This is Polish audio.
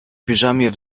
piżamie